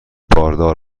باردار